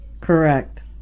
Correct